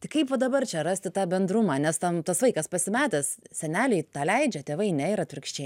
tai kaip va dabar čia rasti tą bendrumą nes tam tas vaikas pasimetęs seneliai tą leidžia tėvai ne ir atvirkščiai